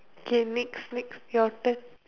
okay next next your turn